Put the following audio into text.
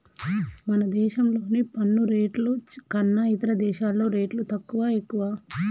మన దేశంలోని పన్ను రేట్లు కన్నా ఇతర దేశాల్లో రేట్లు తక్కువా, ఎక్కువా